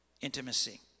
intimacy